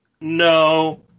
No